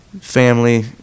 family